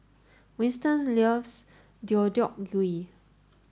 Winston Deodeok Gui